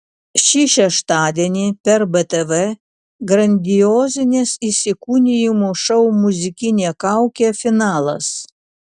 šį šeštadienį per btv grandiozinis įsikūnijimų šou muzikinė kaukė finalas